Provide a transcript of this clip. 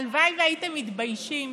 הלוואי שהייתם מתביישים